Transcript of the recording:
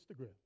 Instagram